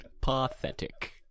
pathetic